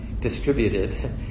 distributed